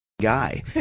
guy